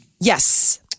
Yes